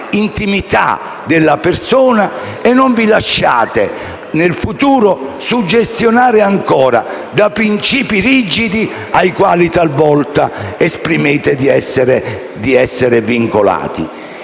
intimità della persona e in futuro non vi lasciate suggestionare ancora da principi rigidi ai quali talvolta mostrate di essere vincolati.